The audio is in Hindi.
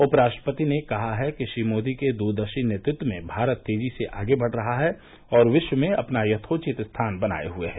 उपराष्ट्रपति ने कहा है कि श्री मोदी के दुरदर्शी नेतृत्व में भारत तेजी से आगे बढ़ रहा है और विश्व में अपना यथोचित स्थान बनाए हए है